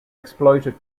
exploited